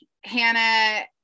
Hannah